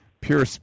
pure